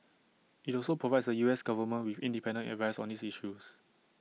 IT also provides the U S Government with independent advice on these issues